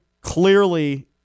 clearly